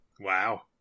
Wow